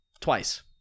twice